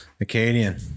Acadian